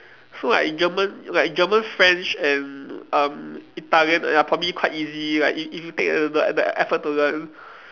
so like in German like German French and um Italian are probably quite easy like if if you take the the effort to learn